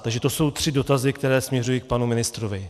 Takže to jsou tři dotazy, které směřují k panu ministrovi.